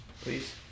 Please